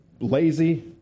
lazy